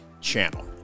channel